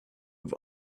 have